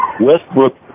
Westbrook